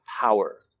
power